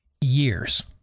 years